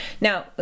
Now